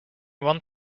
one